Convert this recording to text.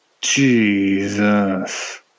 Jesus